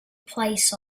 place